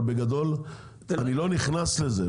אבל בגדול אני לא נכנס לזה,